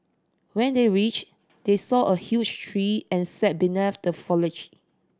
when they reach they saw a huge tree and sat beneath the foliage